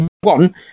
One